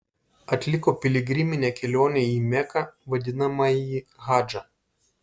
atliko piligriminę kelionę į meką vadinamąjį hadžą